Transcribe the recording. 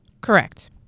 Correct